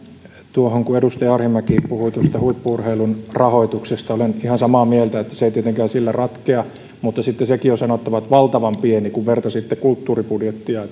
tuohon kun edustaja arhinmäki puhui huippu urheilun rahoituksesta olen ihan samaa mieltä että se ei tietenkään sillä ratkea mutta sitten sekin on sanottava että se on valtavan pieni kun vertasitte kulttuuribudjettia